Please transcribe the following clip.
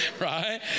Right